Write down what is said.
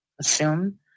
assume